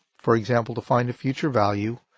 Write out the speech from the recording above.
for example, to find a future value,